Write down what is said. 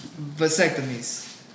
Vasectomies